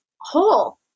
whole